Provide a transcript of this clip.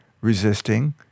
resisting